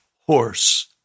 horse